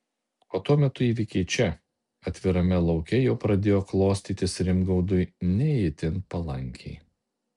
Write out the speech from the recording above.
o tuo metu įvykiai čia atvirame lauke jau pradėjo klostytis rimgaudui ne itin palankiai